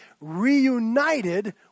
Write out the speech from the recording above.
reunited